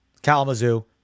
Kalamazoo